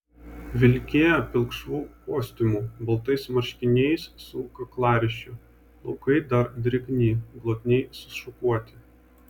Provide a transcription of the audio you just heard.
vilkėjo pilkšvu kostiumu baltais marškiniais su kaklaryšiu plaukai dar drėgni glotniai sušukuoti